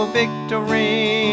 victory